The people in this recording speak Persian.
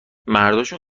مرداشون